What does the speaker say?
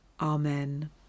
Amen